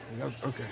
Okay